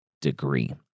degree